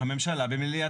הממשלה במליאתה.